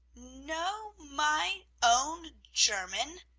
know my own german?